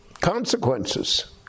consequences